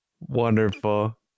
Wonderful